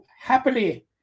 happily